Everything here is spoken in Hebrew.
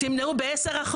תמנעו ב-10%,